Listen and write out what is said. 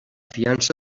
fiança